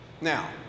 Now